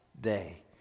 day